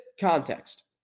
context